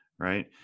Right